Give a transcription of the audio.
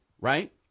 Right